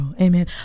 Amen